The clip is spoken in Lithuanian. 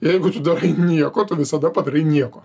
jeigu tu darai nieko tu visada padarai nieko